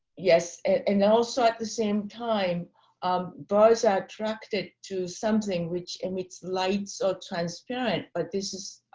yes. and also, at the same time um boys are attracted to something which emits lights are transparent, but this is